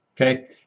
Okay